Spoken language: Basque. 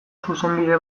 zuzenbide